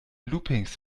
loopings